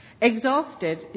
Exhausted